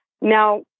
Now